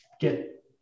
get